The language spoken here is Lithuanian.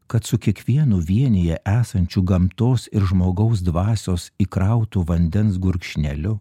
kad su kiekvienu vienija esančiu gamtos ir žmogaus dvasios įkrauto vandens gurkšneliu